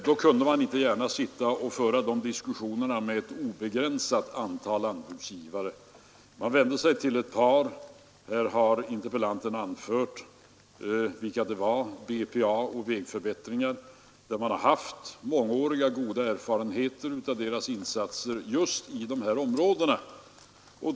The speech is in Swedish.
Då kunde man inte gärna sitta och föra dessa diskussioner med ett obegränsat antal anbudsgivare. Man vände sig till ett par. Här har interpellanten anfört vilka det var, nämligen BPA och Vägförbättringar. Man har haft mångåriga goda erfarenheter av deras insatser just i dessa områden.